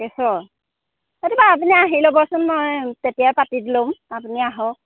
গেছৰ নতুবা আপুনি আহি ল'বচোন মই তেতিয়াই পাতি ল'ম আপুনি আহক